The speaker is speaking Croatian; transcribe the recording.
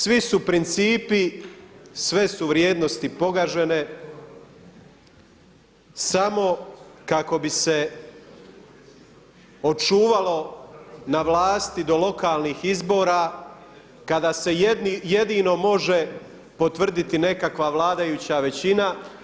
Svi su principi, sve su vrijednosti pogažene samo kako bi se očuvalo na vlasti do lokalnih izbora kada se jedino može potvrditi nekakva vladajuća većina.